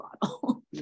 bottle